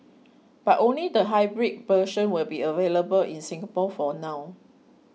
but only the hybrid version will be available in Singapore for now